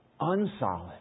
unsolid